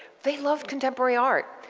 they loved contemporary art.